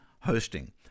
hosting